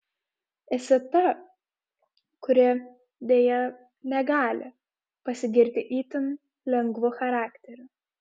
esi ta kuri deja negali pasigirti itin lengvu charakteriu